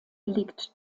liegt